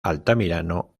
altamirano